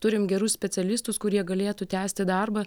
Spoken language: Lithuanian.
turim gerus specialistus kurie galėtų tęsti darbą